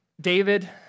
David